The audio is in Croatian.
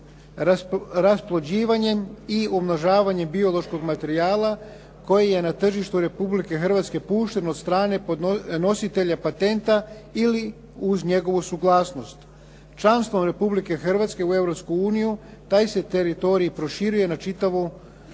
rasplođivanjem i umnožavanjem biološkog materijala koji je na tržištu Republike Hrvatske pušten od strane nositelja patenta ili uz njegovu suglasnost. Članstvom Republike Hrvatske u Europsku uniju taj se teritorij proširuje na čitavo